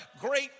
great